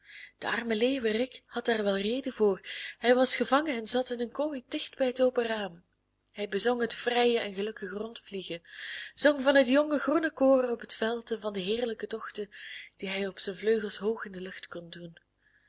de arme leeuwerik had daar wel reden voor hij was gevangen en zat in een kooi dicht bij het open raam hij bezong het vrije en gelukkige rondvliegen zong van het jonge groene koren op het veld en van de heerlijke tochten die hij op zijn vleugels hoog in de lucht kon doen